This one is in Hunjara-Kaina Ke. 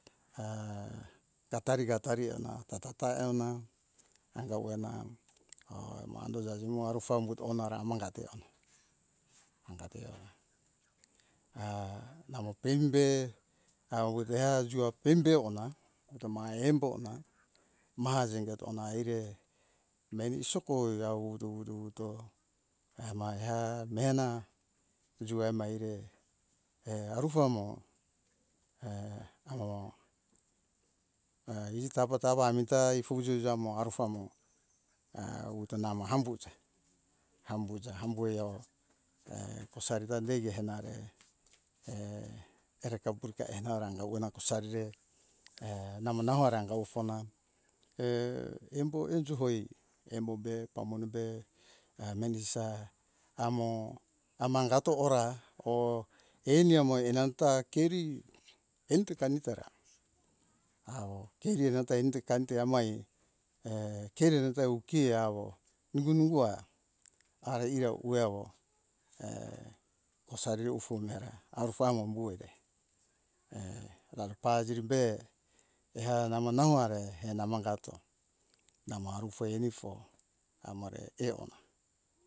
A gatari gatari eona tatata eona anga uena o mando jajemo arufambuto onara anga teona anga teona a namo peimbe awo de eajua peimbe ona eto mai embo hona ma jingatona eire meni soko jawo do do to emaea mehena joema eire e arufo amo amo a etawatawa amita fujujamo arufa mo utunama hambuto hambuta hambuio kosarida deihe henare ere kapurukaie nau ranga uena kosare namo nau rango fona embo ejohoe embo be pamone be a meni sa amo amanga to ora o ani amai nanta keri anita kanitara awo kerirata anita kanta amoai keredau keawo nongu nongua ara ere uwe awo kosari ufo meara arufa momboene daro pazirimbe eha namo namo are henamangato namo arufre anifo amore eona